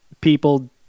people